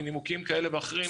מנימוקים כאלה ואחרים,